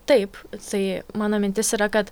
taip tai mano mintis yra kad